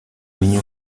niño